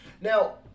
Now